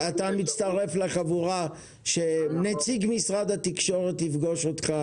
מצטרף לחבורה שנציג משרד התקשורת יפגוש אותה